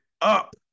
up